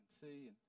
see